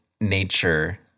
nature-